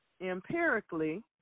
Empirically